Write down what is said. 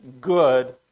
good